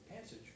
passage